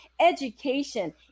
Education